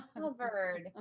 covered